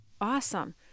Awesome